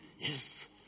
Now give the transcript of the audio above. Yes